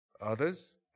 others